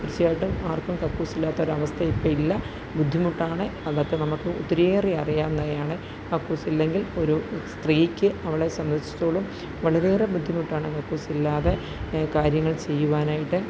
തീർച്ചയായിട്ടും ആർക്കും കക്കൂസില്ലാത്ത ഒരവസ്ഥ ഇപ്പോഴില്ല ബുദ്ധിമുട്ടാണ് അതൊക്കെ നമുക്ക് ഒത്തിരിയേറെ അറിയാവുന്നതാണ് കക്കൂസില്ലെങ്കിൽ ഒരു സ്ത്രീക്ക് അവളെ സംബന്ധിച്ചിടത്തോളം വളരെയേറെ ബുദ്ധിമുട്ടാണ് കക്കൂസില്ലാതെ കാര്യങ്ങൾ ചെയ്യുവാനായിട്ട്